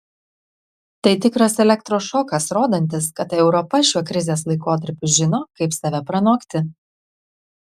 tai tikras elektros šokas rodantis kad europa šiuo krizės laikotarpiu žino kaip save pranokti